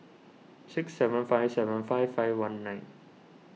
six seven five seven five five one nine